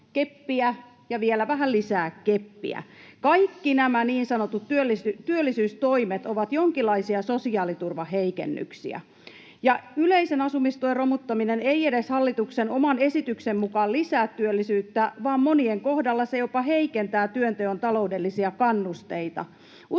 keppiä ja vielä vähän lisää keppiä. Kaikki nämä niin sanotut työllisyystoimet ovat jonkinlaisia sosiaaliturvan heikennyksiä. Ja yleisen asumistuen romuttaminen ei edes hallituksen oman esityksen mukaan lisää työllisyyttä, vaan monien kohdalla se jopa heikentää työnteon taloudellisia kannusteita.